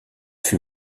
fut